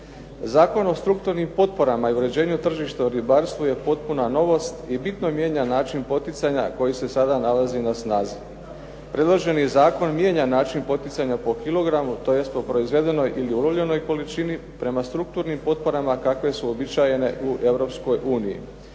Zakon o strukturnim potporama i uređenju tržišta u ribarstvu je potpuna novost i bitno mijenja način poticanja koji se sada nalazi na snazi. Predloženi zakon mijenja način poticanja po kilograma, tj. po proizvedenoj ili ulovljenoj količini, prema strukturnim potporama kakve su uobičajene u